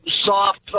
soft